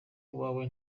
uwawe